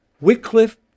Wycliffe